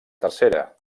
tercera